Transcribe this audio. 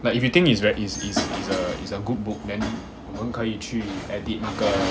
like if you think it's very is is a is a good book then 我们可以去 edit 那个